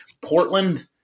Portland